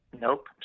Nope